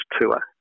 tour